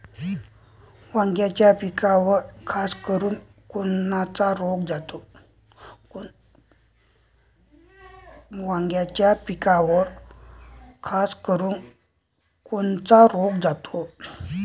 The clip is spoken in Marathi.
वांग्याच्या पिकावर खासकरुन कोनचा रोग जाते?